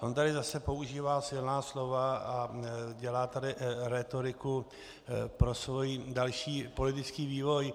On tady zase používá silná slova a dělá tady rétoriku pro svůj další politický vývoj.